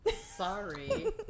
Sorry